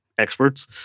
experts